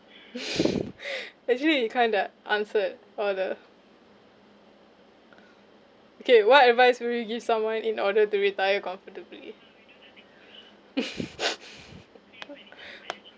actually you kinda answered all the okay what advice would you give someone in order to retire comfortably